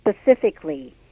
specifically